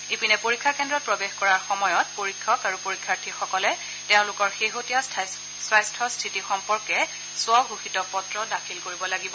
ইপিনে পৰীক্ষা কেন্দ্ৰত প্ৰৱেশ কৰাৰ সময়ত পৰীক্ষক আৰু পৰীক্ষাৰ্থীসকলে তেওঁলোকৰ স্বাস্থ্যৰ শেহতীয়া স্থিতি সম্পৰ্কে স্বঘোষিত পত্ৰ দাখিল কৰিব লাগিব